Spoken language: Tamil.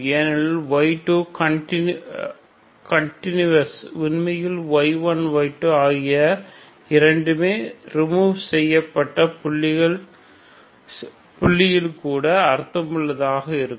ஏனெனில் y2 கண்டினுவாஸ் உண்மையில் y1 y2 ஆகிய இரண்டுமே ரிமூவ் செய்யப்பட்ட புள்ளியில் கூட அர்த்தமுள்ளதாக இருக்கும்